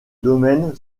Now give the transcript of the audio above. domaine